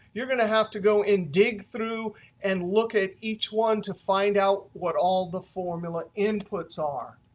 you're going to have to go and dig through and look at each one to find out what all the formula inputs are.